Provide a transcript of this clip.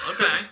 okay